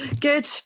good